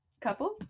Couples